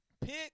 pick